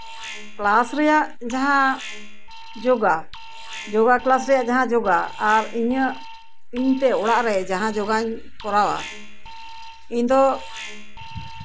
class ᱨᱮᱟᱜ ᱡᱟᱦᱟᱸ ᱡᱳᱜᱟ ᱡᱳᱜᱟ ᱠᱞᱟᱥ ᱨᱮᱭᱟᱜ ᱡᱟᱦᱟᱸ ᱡᱳᱜᱟ ᱟᱨ ᱤᱧᱟ ᱜ ᱤᱧ ᱛᱮ ᱚᱲᱟᱜ ᱨᱮ ᱡᱟᱦᱟᱸ ᱡᱳᱜᱟᱧ ᱠᱚᱨᱟᱣᱟ ᱤᱧ ᱫᱚ